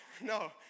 No